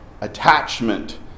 attachment